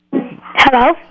Hello